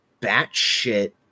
batshit